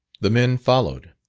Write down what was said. the men followed,